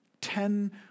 Ten